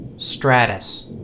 Stratus